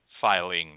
filing